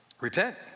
repent